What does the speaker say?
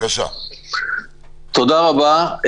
תודה רבה.